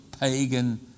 pagan